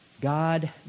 God